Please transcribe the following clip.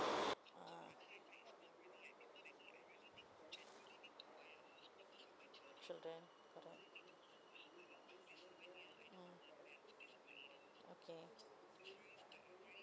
children okay